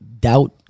doubt